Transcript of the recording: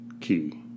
Key